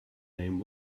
name